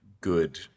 good